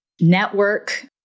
network